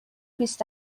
بیست